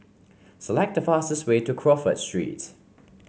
select the fastest way to Crawford Street